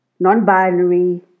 non-binary